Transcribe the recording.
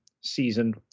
season